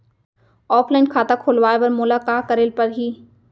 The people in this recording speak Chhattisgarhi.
ऑफलाइन खाता खोलवाय बर मोला का करे ल परही?